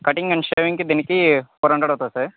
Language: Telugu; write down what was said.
కటింగ్ అండ్ షేవింగ్కి దీనికి ఫోర్ హండ్రెడ్ అవుతుంది సార్